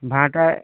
भाँटा